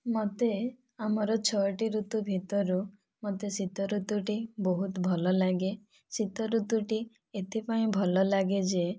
ମୋତେ ଆମର ଛଅଟି ଋତୁ ଭିତରୁ ମୋତେ ଶୀତ ଋତୁଟି ବହୁତ ଭଲ ଲାଗେ ଶୀତ ଋତୁଟି ଏଇଥିପାଇଁ ଭଲ ଲାଗେ ଯେ